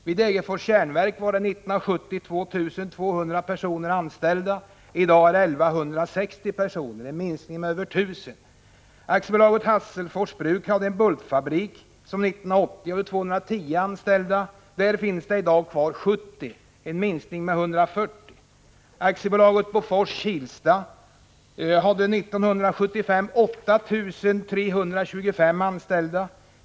År 1970 var vid Degerfors Järnverk 2 200 personer anställda. I dag är 1 160 personer anställda, en minskning med över 1 000 personer. Hasselfors Bruks AB hade en bultfabrik som 1980 hade 210 anställda. Där finns det i dag kvar 70, en minskning med 140. AB Bofors-Kilsta Componenta hade 1975 hela 8 325 anställda.